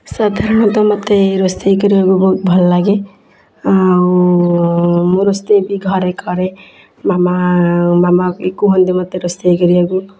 ସାଧାରଣତଃ ମୋତେ ରୋଷେଇ କରିବାକୁ ବହୁତ ଭଲ ଲାଗେ ଆଉ ମୁଁ ରୋଷେଇ ବି ଘରେ କରେ ମାମା ମାମା ବି କୁହନ୍ତି ମୋତେ ରୋଷେଇ କରିବାକୁ